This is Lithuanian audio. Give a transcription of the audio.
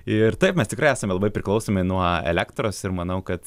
ir taip mes tikrai esame labai priklausomi nuo elektros ir manau kad